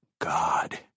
God